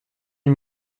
une